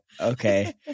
okay